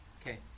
okay